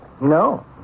No